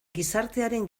gizartearen